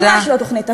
ממש לא תוכנית עבודה.